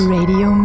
Radio